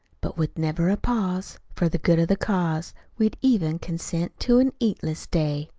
but with never a pause, for the good of the cause, we'd even consent to an eatless day.